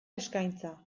eskaintza